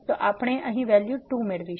તો આપણે અહીં વેલ્યુ 2 મેળવીશું